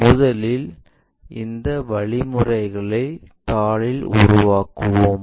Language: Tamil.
முதலில் இந்த வழிமுறைகளை தாளில் உருவாக்குவோம்